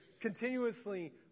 continuously